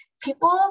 people